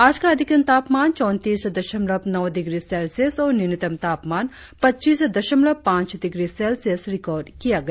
आज का अधिकतम तापमान चौतीस दशमलव नौ डिग्री सेल्सियस और न्यूनतम तापमान पच्चीस दशमलव पांच डिग्री सेल्सियस रिकार्ड किया गया